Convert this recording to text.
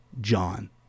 John